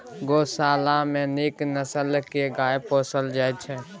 गोशाला मे नीक नसल के गाय पोसल जाइ छइ